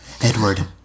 Edward